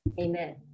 Amen